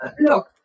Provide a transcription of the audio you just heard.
Look